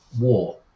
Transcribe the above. war